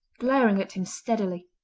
glaring at him steadily.